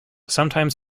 sometimes